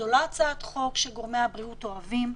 זו לא הצעת חוק שגורמי הבריאות אוהבים,